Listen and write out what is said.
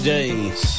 James